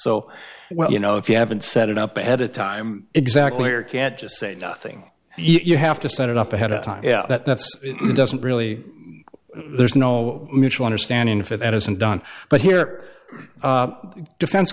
so well you know if you haven't set it up ahead of time exactly or can't just say nothing you have to set it up ahead of time that that's it doesn't really there's no mutual understanding if it isn't done but here the defense